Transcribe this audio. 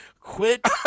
quit